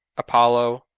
apollo,